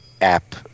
app